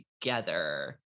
together